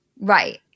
Right